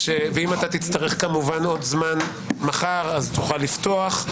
אם אתה תצטרך כמובן עוד זמן מחר, אז תוכל לפתוח,